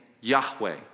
Yahweh